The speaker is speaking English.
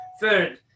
third